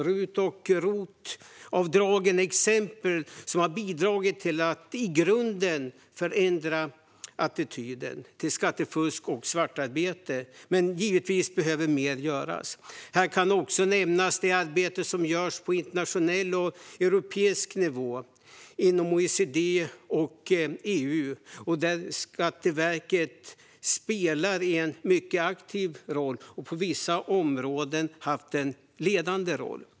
RUT och ROT-avdrag är exempel som har bidragit till att i grunden förändra attityden till skattefusk och svartarbete. Men givetvis behöver mer göras. Här kan också nämnas det arbete som görs på internationell och europeisk nivå och inom OECD och EU. Skatteverket har där en mycket aktiv roll. På vissa områden har man också haft en ledande roll.